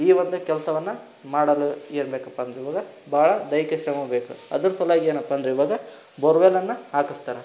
ಈ ಒಂದು ಕೆಲ್ಸವನ್ನು ಮಾಡಲು ಏನು ಬೇಕಪ್ಪ ಅಂದ್ರೆ ಇವಾಗ ಭಾಳ ದೈಹಿಕ ಶ್ರಮ ಬೇಕು ಅದ್ರ ಸಲುವಾಗಿ ಏನಪ್ಪ ಅಂದ್ರೆ ಇವಾಗ ಬೋರ್ವೆಲ್ಲನ್ನು ಹಾಕಸ್ತಾರೆ